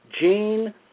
gene